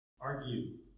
argue